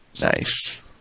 Nice